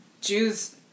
Jews